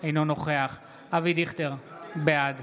אינו נוכח אבי דיכטר, בעד